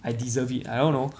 I deserve it I don't know